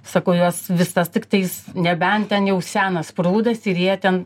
sakau jas visas tiktais nebent ten jau senas prūdas ir jie ten